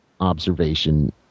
observation